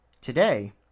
Today